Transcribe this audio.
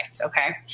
okay